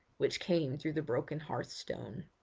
which came through the broken hearth-stone.